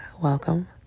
welcome